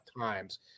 times